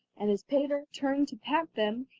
and as peter turned to pat them,